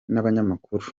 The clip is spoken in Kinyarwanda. n’abanyamakuru